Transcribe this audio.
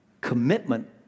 Commitment